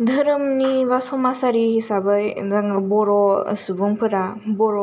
धोरोमनि बा समाजारि हिसाबै जोङो बर' सुबुंफोरा बर'